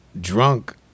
drunk